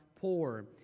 poor